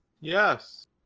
Yes